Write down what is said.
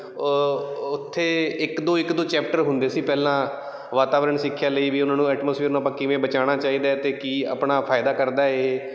ਉਹ ਉੱਥੇ ਇੱਕ ਦੋ ਇੱਕ ਦੋ ਚੈਪਟਰ ਹੁੰਦੇ ਸੀ ਪਹਿਲਾਂ ਵਾਤਾਵਰਨ ਸਿੱਖਿਆ ਲਈ ਵੀ ਉਹਨਾਂ ਨੂੰ ਐਟਮੋਸਫੀਅਰ ਨੂੰ ਆਪਾਂ ਕਿਵੇਂ ਬਚਾਉਣਾ ਚਾਹੀਦਾ ਅਤੇ ਕੀ ਆਪਣਾ ਫਾਇਦਾ ਕਰਦਾ ਇਹ